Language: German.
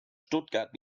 stuttgart